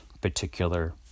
particular